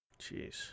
Jeez